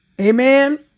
Amen